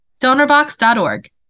DonorBox.org